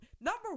Number